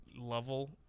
level